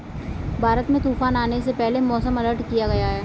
भारत में तूफान आने से पहले मौसम अलर्ट किया गया है